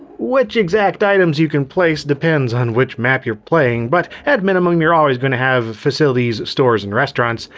which exact items you can place depends on which map you're playing, but at minimum you're always going to have facilities, stores, and restaurants,